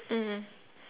mm